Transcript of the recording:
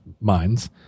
minds